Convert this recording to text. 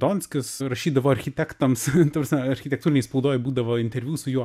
donskis rašydavo architektams ta prasme architektūrinėj spaudoj būdavo interviu su juo